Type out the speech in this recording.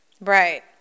Right